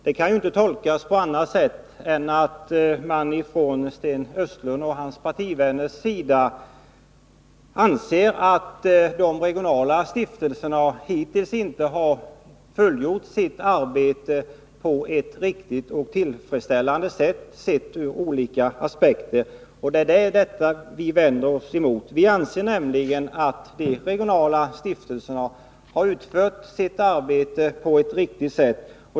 Det kan ju inte tolkas på annat sätt än att Sten Östlund och hans partivänner anser att de regionala stiftelserna hittills inte har fullgjort sitt arbete tillfredsställande, sett ur olika aspekter. Det är detta vi vänder oss emot. Vi anser nämligen också att de regionala stiftelserna har utfört sitt arbete på ett riktigt sätt.